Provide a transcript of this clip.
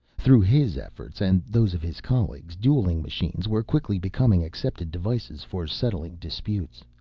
through his efforts, and those of his colleagues, dueling machines were quickly becoming accepted devices for settling disputes.